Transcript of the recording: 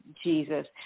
Jesus